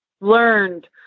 learned